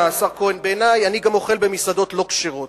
אני גם אוכל במסעדות לא כשרות,